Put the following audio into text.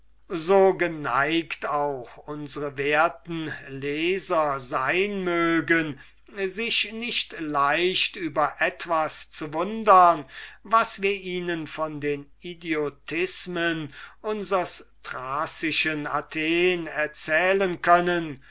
so geneigt auch unsre werten leser sein mögen sich nicht leicht über etwas zu verwundern was wir ihnen von den idiotismen unsers thracischen athens erzählen können